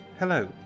Hello